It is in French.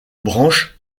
branche